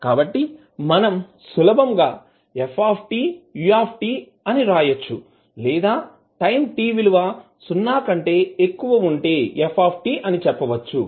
కాబట్టి మనం సులభంగా f u అని వ్రాయచ్చులేదా టైం t విలువ సున్నా కంటే ఎక్కువ ఉంటే f అని చెప్పవచ్చు